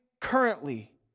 currently